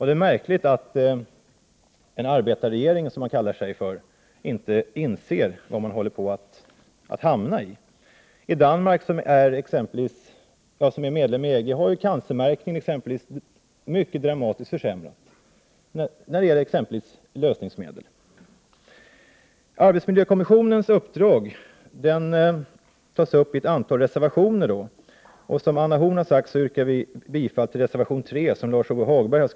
Det är märkligt att en arbetarregering, som man kallar sig för, inte inser vad man håller på att hamna i. I Danmark, som är medlem i EG, har cancermärkningen blivit dramatiskt försämrad när det gäller exempelvis lösningsmedel. Arbetsmiljökommissionens uppdrag tas upp i ett antal reservationer. Som Anna Horn af Rantzien sade yrkar vi bifall till reservation 3 underskriven av Lars-Ove Hagberg.